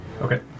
Okay